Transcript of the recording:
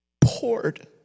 poured